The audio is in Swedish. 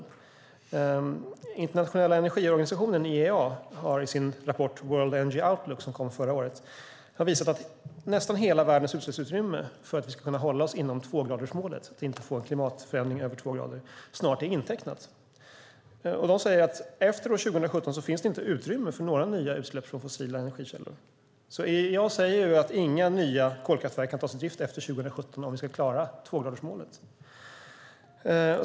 Den internationella energiorganisationen, EIA, har i sina rapport World Energy Outlook som kom förra året visat att nästan hela världens utsläppsutrymme för att vi ska hålla oss inom tvågradersmålet, nämligen inte få en klimatförändring som går över två grader, snart är intecknat. Organisationen säger att efter 2017 finns det inte utrymme för några nya utsläpp från fossila energikällor. EIA säger att inga nya kolkraftverk kan tas i drift efter 2017 om vi ska klara tvågradersmålet.